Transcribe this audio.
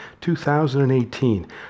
2018